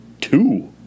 two